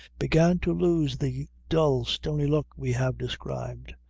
began to lose the dull stony look we have described,